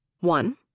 One